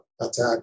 attack